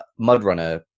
Mudrunner